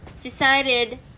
decided